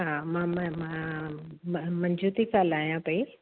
हा मां मां मां मां मंजू थी ॻाल्हायां पई